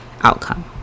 outcome